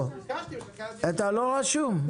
אתה לא רשום.